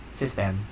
system